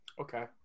Okay